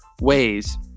ways